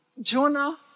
Jonah